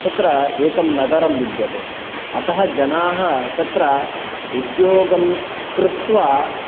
तत्र एकं नगरं विद्यते अतः जनाः तत्र उद्योगं कृत्वा